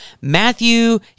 Matthew